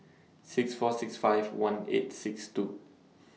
six four six five one eight six two